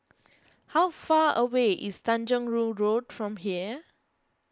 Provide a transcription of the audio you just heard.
how far away is Tanjong Rhu Road from here